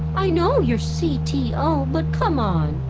i know you're c t o, but come on.